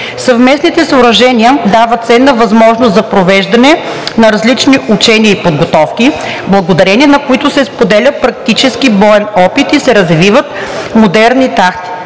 Съвместните съоръжения дават ценна възможност за провеждане на различни учения и подготовки, благодарение на които се споделя практически боен опит и се развиват модерни тактики,